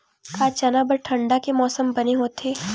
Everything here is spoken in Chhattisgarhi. का चना बर ठंडा के मौसम बने होथे?